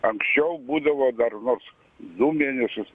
anksčiau būdavo dar nors du mėnesius